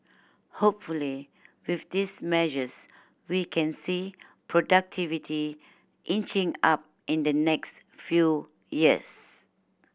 hopefully with these measures we can see productivity inching up in the next few years